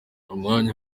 umwanya